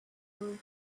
regrets